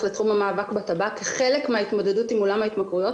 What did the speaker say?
בתחום המאבק בטבק כחלק מההתמודדות עם עולם ההתמכרויות.